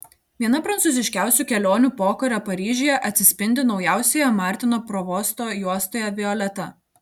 viena prancūziškiausių kelionių pokario paryžiuje atsispindi naujausioje martino provosto juostoje violeta